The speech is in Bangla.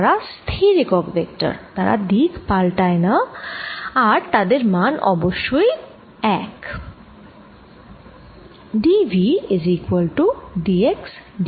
তারা স্থির একক ভেক্টর তারা দিক পালটায় না আর তাদের মান অবশ্যই 1